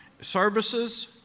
services